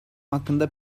hakkında